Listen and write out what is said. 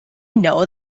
know